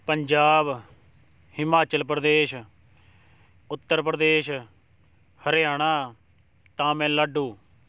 Punjab Himachal Pradesh Uttar Pradesh Haryana Tamil Nadu